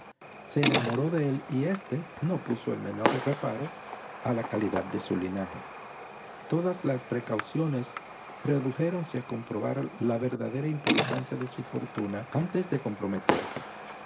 se enamoró de él y éste no puso el menor reparo a la calidad de su linaje todas las precauciones redujéronse a comprobar la verdadera importancia de su fortuna antes de comprometerse